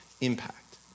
impact